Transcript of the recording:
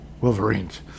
Wolverines